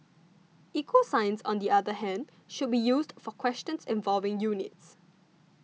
equal signs on the other hand should be used for questions involving units